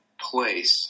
place